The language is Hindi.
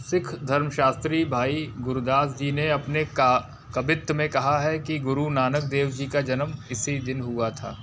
सिख धर्मशास्त्री भाई गुरदास जी ने अपने का कवित्त में कहा है कि गुरु नानक देव जी का जन्म इसी दिन हुआ था